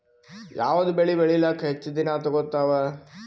ಯಾವದ ಬೆಳಿ ಬೇಳಿಲಾಕ ಹೆಚ್ಚ ದಿನಾ ತೋಗತ್ತಾವ?